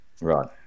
Right